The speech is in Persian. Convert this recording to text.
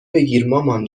بگیرمامان